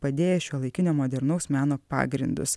padėjęs šiuolaikinio modernaus meno pagrindus